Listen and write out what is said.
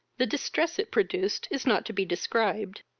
the distress it produced is not to be described.